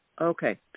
Okay